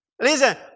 Listen